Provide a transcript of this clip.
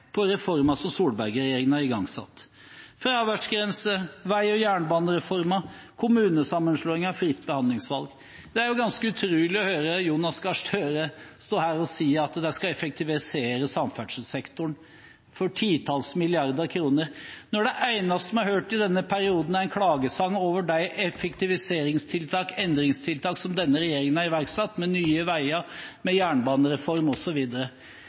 på reformer som Solberg-regjeringen har igangsatt – fraværsgrense, vei- og jernbanereformer, kommunesammenslåinger og fritt behandlingsvalg. Det er ganske utrolig å høre Jonas Gahr Støre stå her og si at de skal effektivisere samferdselssektoren for titalls milliarder kroner, når det eneste vi har hørt i denne perioden, er en klagesang over de effektiviseringstiltak og endringstiltak som denne regjeringen har iverksatt – Nye Veier, jernbanereform